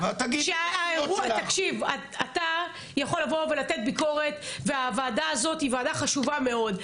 אתה יכול לבוא ולתת ביקורת והוועדה הזאת היא ועדה חשובה מאוד,